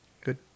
Good